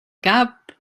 cap